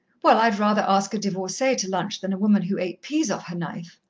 well, i'd rather ask a divorcee to lunch than a woman who ate peas off her knife,